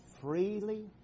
freely